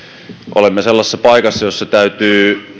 olemme sellaisessa paikassa jossa täytyy